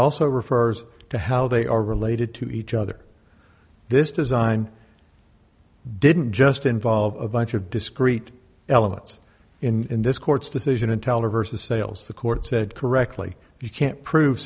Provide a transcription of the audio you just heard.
also refers to how they are related to each other this design didn't just involve a bunch of discrete elements in this court's decision in teller versus sales the court said correctly you can't prove